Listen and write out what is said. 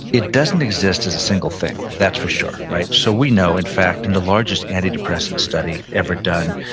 it doesn't exist as a single thing, that's for sure, right? so, we know, in fact, in the largest antidepressant study ever done,